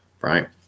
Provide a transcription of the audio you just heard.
right